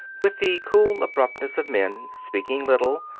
with the cool abruptness of men, speaking little,